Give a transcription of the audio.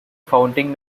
founding